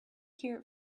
hear